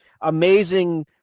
amazing